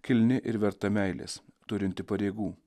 kilni ir verta meilės turinti pareigų